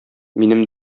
минем